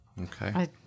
Okay